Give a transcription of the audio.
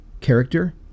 character